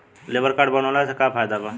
Labour card बनवाला से का फायदा बा?